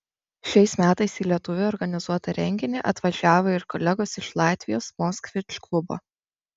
šiais metais į lietuvių organizuotą renginį atvažiavo ir kolegos iš latvijos moskvič klubo